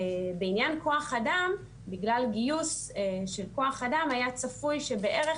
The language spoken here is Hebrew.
בעניין כוח אדם בגלל גיוס של כוח אדם היה צפוי שבערך